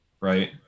Right